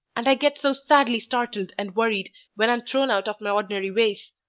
and i get so sadly startled and worried when i'm thrown out of my ordinary ways.